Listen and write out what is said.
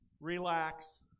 relax